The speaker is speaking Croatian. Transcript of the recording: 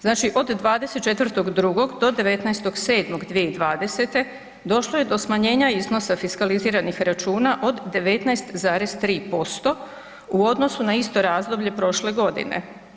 Znači od 24.2. do 19.7.2020. došlo je do smanjenja iznosa fiskaliziranih računa od 19,3% u odnosu na isto razdoblje prošle godine.